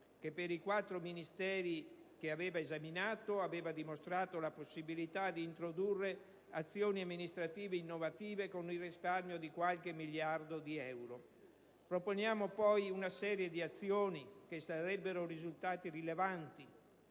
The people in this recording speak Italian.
che per i 4 Ministeri che aveva esaminato aveva dimostrato la possibilità di introdurre azioni amministrative innovative con il risparmio di qualche miliardo di euro. Proponiamo poi una serie di azioni che darebbero risultati rilevanti: